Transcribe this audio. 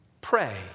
pray